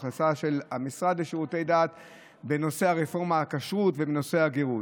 או ההחלטה של המשרד לשירותי דת בנושא הרפורמה על הכשרות ובנושא הגרות.